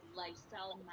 lifestyle